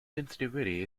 sensitivity